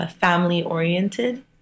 family-oriented